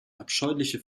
abscheuliche